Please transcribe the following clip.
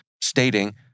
stating